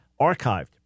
archived